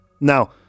now